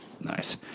Nice